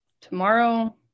Tomorrow